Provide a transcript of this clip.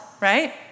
right